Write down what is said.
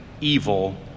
evil